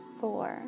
four